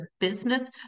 business